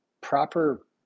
proper